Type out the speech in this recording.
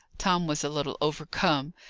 tom was a little overcome.